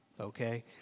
okay